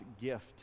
gift